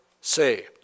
say